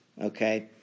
okay